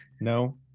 No